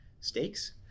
stakes